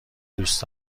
دوست